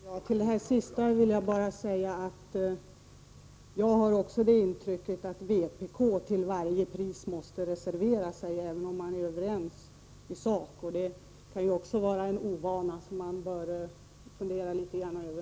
Herr talman! Med anledning av det sista vill jag bara säga att jag har intrycket att vpk till varje pris måste reservera sig, även om utskottet är överens i sak. Det kan också vara en ovana som vpk bör fundera litet över.